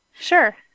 Sure